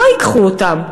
לא ייקחו אותם?